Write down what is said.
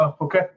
okay